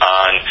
on